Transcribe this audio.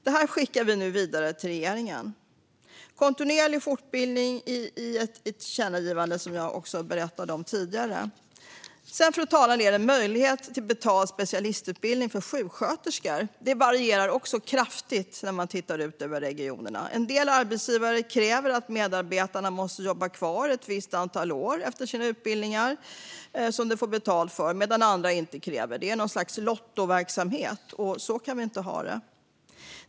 Detta skickar vi nu vidare till regeringen. Kontinuerlig fortbildning finns också med i ett tillkännagivande som jag berättade om tidigare. Fru talman! Sedan finns det en möjlighet till betald specialistutbildning för sjuksköterskor. Där varierar det också kraftigt mellan regionerna. En del arbetsgivare kräver att medarbetarna ska jobba kvar ett visst antal år efter de utbildningar som de får betalt för medan andra inte kräver det. Det är något slags lottoverksamhet, och så kan vi inte ha det.